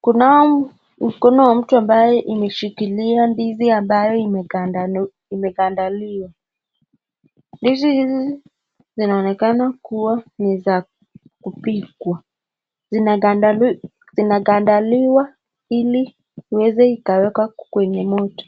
kunao mkononwa mtu ambaye imeshikilia ndizi ambayo imegandaliwa, ndizi hizi zinaonekana kuwa ni za kupikwa, inagandaliwa ili iweze kuwekwa kwenye moto.